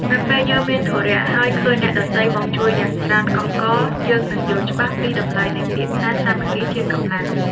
នៅពេលយើងមានធុរៈហើយឃើញអ្នកដទៃមកជួយយ៉ាងច្រើនកុះករ យើងនឹងយល់ច្បាស់ពីតម្លៃនៃពាក្យថា សាមគ្គីជាកម្លាំង។